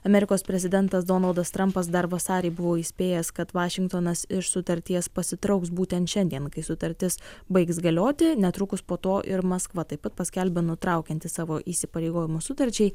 amerikos prezidentas donaldas trampas dar vasarį buvo įspėjęs kad vašingtonas iš sutarties pasitrauks būtent šiandien kai sutartis baigs galioti netrukus po to ir maskva taip pat paskelbė nutraukianti savo įsipareigojimus sutarčiai